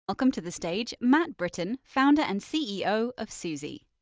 welcome to the stage, matt britton, founder and ceo of suzy.